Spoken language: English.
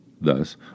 thus